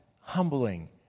humbling